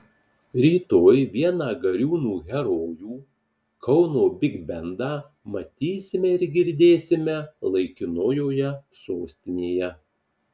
rytoj vieną gariūnų herojų kauno bigbendą matysime ir girdėsime laikinojoje sostinėje